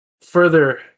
further